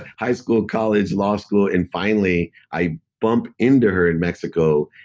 high school, college, law school. and finally, i bumped into her in mexico,